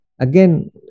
Again